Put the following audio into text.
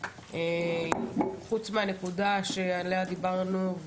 חוץ מהנקודה שעליה דיברנו,